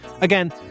Again